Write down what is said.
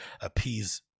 appease